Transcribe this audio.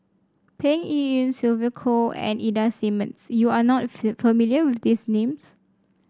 Peng Yuyun Sylvia Kho and Ida Simmons you are not familiar with these names